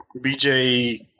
BJ